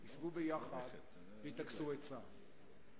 ישבו יחד ויטכסו עצה.